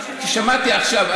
כי שמעתי עכשיו,